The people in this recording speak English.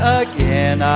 again